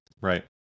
Right